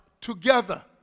together